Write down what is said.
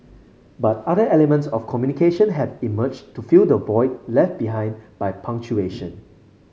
but other elements of communication have emerged to fill the void left behind by punctuation